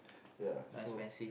ya so